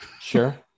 sure